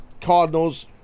Cardinals